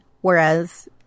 Whereas